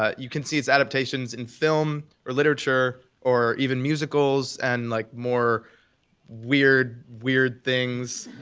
ah you can see its adaptations in film, or literature, or even musicals and like more weird, weird things.